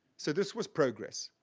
so this was progress.